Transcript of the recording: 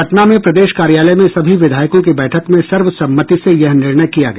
पटना में प्रदेश कार्यालय में सभी विधायकों की बैठक में सर्व सम्मति से यह निर्णय किया गया